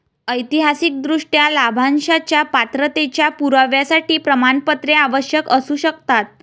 ऐतिहासिकदृष्ट्या, लाभांशाच्या पात्रतेच्या पुराव्यासाठी प्रमाणपत्रे आवश्यक असू शकतात